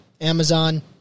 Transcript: Amazon